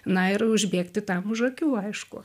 na ir užbėgti tam už akių aišku